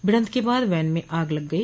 भिडन्त के बाद वैन में आग लग गई